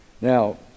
Now